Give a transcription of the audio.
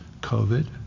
COVID